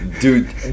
Dude